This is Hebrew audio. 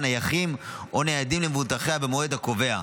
נייחים או ניידים למבוטחיה במועד הקובע,